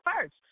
first